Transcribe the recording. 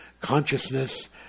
consciousness